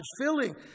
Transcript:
filling